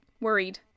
worried